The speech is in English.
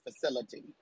facility